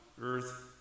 earth